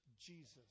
Jesus